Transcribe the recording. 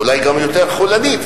אולי גם יותר חולנית,